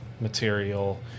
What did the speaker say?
material